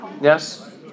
Yes